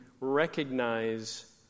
recognize